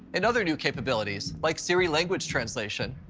and other new capabilities like siri language translation.